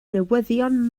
newyddion